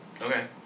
Okay